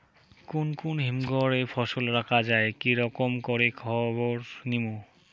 কুন কুন হিমঘর এ ফসল রাখা যায় কি রকম করে খবর নিমু?